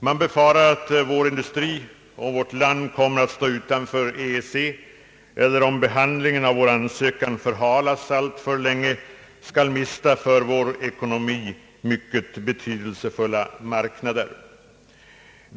Man befarar att vår industri om vårt land kommer att stå utanför EEC eller om behandlingen av vår ansökan förhalas alltför länge, skall mista för vår ekonomi mycket betydelsefulla marknader.